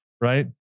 Right